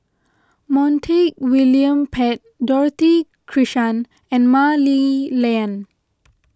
Montague William Pett Dorothy Krishnan and Mah Li Lian